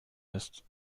ist